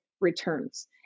returns